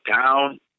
down